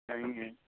यहीं हैं